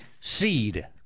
seed